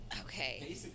okay